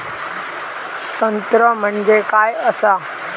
तंत्र म्हणजे काय असा?